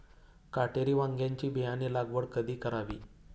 काटेरी वांग्याची बियाणे लागवड कधी करावी?